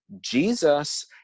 Jesus